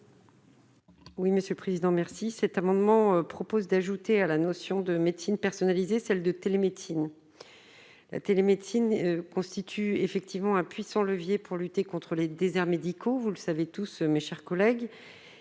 Oui Monsieur Président merci cet amendement propose d'ajouter à la notion de médecine personnalisée, celle de télémédecine la télémédecine constitue effectivement un puissant levier pour lutter contre les déserts médicaux, vous le savez tous mes chers collègues